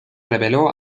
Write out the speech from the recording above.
reveló